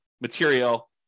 material